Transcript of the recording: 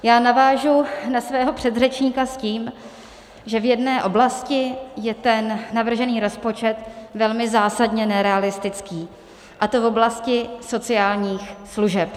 Já navážu na svého předřečníka s tím, že v jedné oblasti je ten navržený rozpočet velmi zásadně nerealistický, a to v oblasti sociálních služeb.